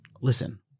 listen